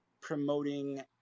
promoting